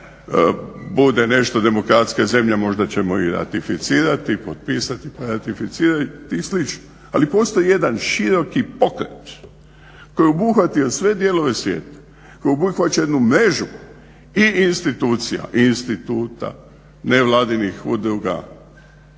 bude nešto demokratskija zemlja možda ćemo i ratificirati i potpisati i slično. Ali postoji jedan široki pokret koji je obuhvatio sve dijelove svijeta, koji obuhvaća jednu mrežu i institucija i instituta, nevladinih udruga,